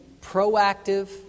proactive